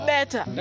Better